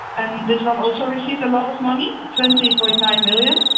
and this one also receives a lot of money twenty but nine million.